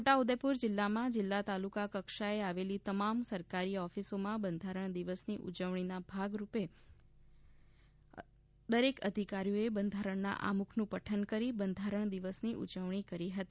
છોટા ઉદેપુર જીલ્લામાં જીલ્લા તાલુકા કક્ષાએ આવલી તમામ સરકારી ઓફિસોમાં બંધારણ દિવસની ઉજવણીના ભાગરૂપે અધિકારીએ બંધારણના આમુખનું પઠન કરી બંધારણ દિવસની ઉજવણી કરી હતી